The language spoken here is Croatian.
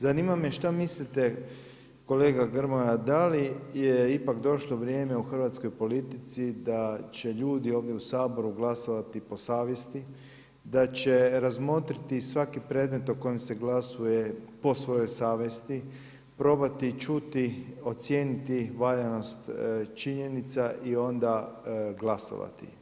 Zanima me šta mislite kolega Grmoja da li je ipak došlo vrijeme u hrvatskoj politici da će ljudi ovdje u Saboru glasovati po savjesti, da će razmotriti svaki predmet o kojem se glasuje po svojoj savjesti, probati čuti, ocijeniti valjanost činjenica i onda glasovati.